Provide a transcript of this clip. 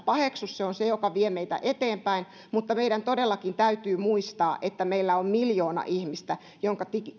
paheksu se on se joka vie meitä eteenpäin mutta meidän todellakin täytyy muistaa että meillä on miljoona ihmistä joiden